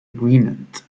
agreement